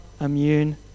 immune